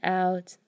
out